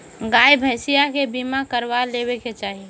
गाई भईसा के बीमा करवा लेवे के चाही